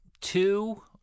two